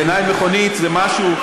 בעיניי מכונית זה משהו,